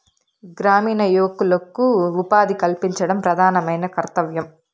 గ్రామీణ యువకులకు ఉపాధి కల్పించడం ప్రధానమైన కర్తవ్యం